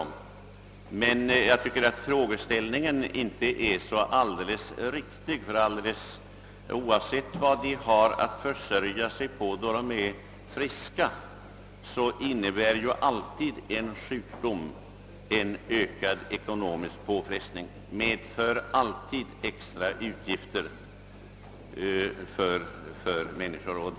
Men jag tycker att frågeställningen inte är alldeles riktig, ty oavsett vad man har att försörja sig på då man är frisk, innebär sjukdom alltid en ökad ekonomisk påfrestning och extra utgifter för den som drabbas.